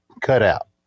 cutout